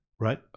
Right